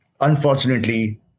Unfortunately